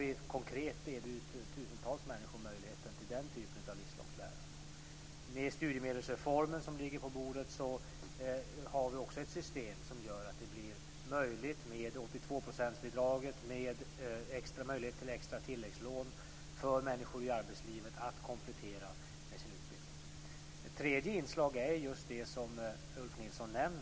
Vi har konkret erbjudit tusentals människor möjligheten till den typen av livslångt lärande. Med den studiemedelsreform som ligger på bordet har vi också ett system som gör det möjligt med 82 Ett tredje inslag är det som Ulf Nilsson nämner.